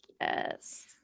yes